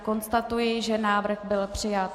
Konstatuji, že návrh byl přijat.